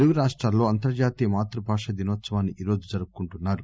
తెలుగు రాష్టాల్లో అంతర్జాతీయ మాతృభాష దినోత్సవాన్ని ఈ రోజు జరుపుకుంటున్నారు